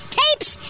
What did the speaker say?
tapes